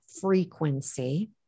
frequency